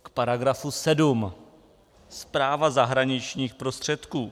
K § 7 Správa zahraničních prostředků.